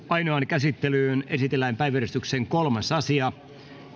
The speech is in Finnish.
ainoaan käsittelyyn esitellään päiväjärjestyksen kolmas asia